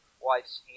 wife's